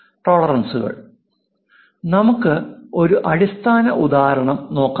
ടോളറൻസുകൾ നമുക്ക് ഒരു അടിസ്ഥാന ഉദാഹരണം നോക്കാം